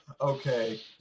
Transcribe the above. Okay